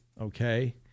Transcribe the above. Okay